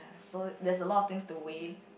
so there's a lot of things to weigh